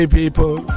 people